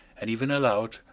and even aloud,